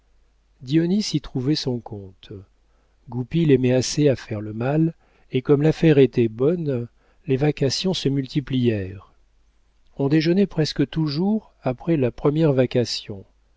dionis y trouvait son compte goupil aimait assez à faire le mal et comme l'affaire était bonne les vacations se multiplièrent on déjeunait presque toujours après la première